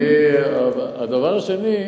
הדבר השני,